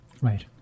Right